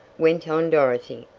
went on dorothy,